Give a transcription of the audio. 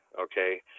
okay